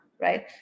right